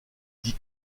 dis